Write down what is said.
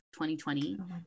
2020